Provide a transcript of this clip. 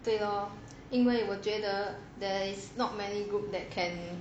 对咯因为我觉得 there's not many group that can